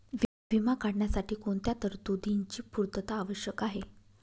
विमा काढण्यासाठी कोणत्या तरतूदींची पूर्णता आवश्यक आहे?